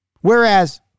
Whereas